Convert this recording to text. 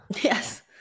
Yes